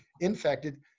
infected